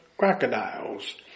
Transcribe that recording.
crocodiles